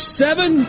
seven